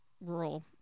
rural